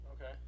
Okay